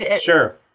Sure